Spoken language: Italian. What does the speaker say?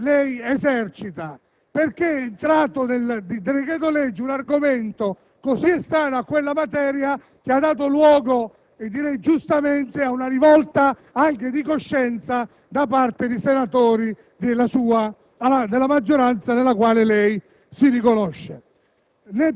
che lei esercita: nel decreto‑legge è entrato un argomento così estraneo a quella materia che ha dato luogo - direi giustamente - ad una rivolta anche di coscienza da parte dei senatori della maggioranza nella quale lei si riconosce.